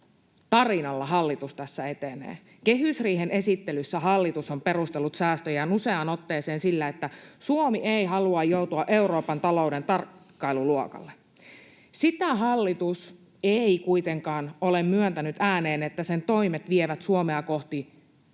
tarinalla hallitus tässä etenee. Kehysriihen esittelyssä hallitus on perustellut säästöjään useaan otteeseen sillä, että Suomi ei halua joutua Euroopan talouden tarkkailuluokalle. Sitä hallitus ei kuitenkaan ole myöntänyt ääneen, että sen toimet vievät Suomea kohti